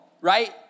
right